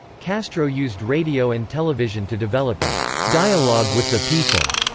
castro used radio and television to develop a dialogue with the people,